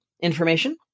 information